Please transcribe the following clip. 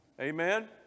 Amen